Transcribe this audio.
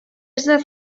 ezer